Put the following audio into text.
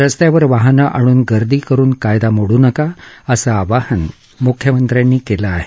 रस्त्यांवर वाहने आणून गर्दी करून कायदा मोडू नका असं आवाहन म्ख्यमंत्र्यानी केलं आहे